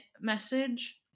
message